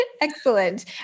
Excellent